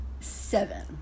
Seven